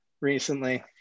recently